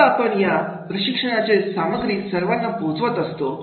आता आपण या प्रशिक्षणाचे सामग्री सर्वांना पोहोचवत असतो